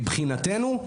מבחינתנו,